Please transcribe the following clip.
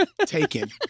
taken